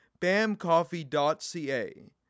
BAMCoffee.ca